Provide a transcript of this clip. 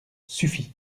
suffit